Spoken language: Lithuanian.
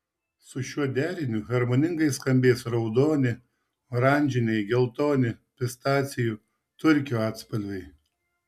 su šiuo deriniu harmoningai skambės raudoni oranžiniai geltoni pistacijų turkio atspalviai